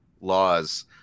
laws